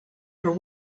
for